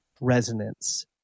resonance